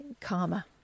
Karma